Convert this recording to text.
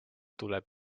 tuleb